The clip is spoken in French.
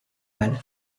mal